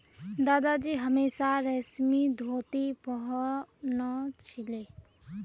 दादाजी हमेशा रेशमी धोती पह न छिले